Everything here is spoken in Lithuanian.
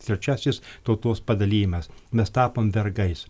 trečiasis tautos padalijimas mes tapom vergais